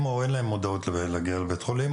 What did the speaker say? או שאין להם מודעות להגיע לבית חולים,